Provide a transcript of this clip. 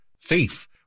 thief